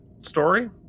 story